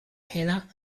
hela